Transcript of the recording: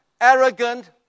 arrogant